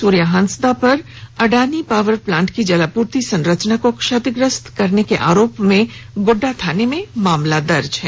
सूर्या हांसदा पर Adani power plant की जलापूर्ति संरचना को क्षतिग्रस्त करने के आरोप में गोड्डा थाने में मामला दर्ज है